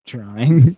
Trying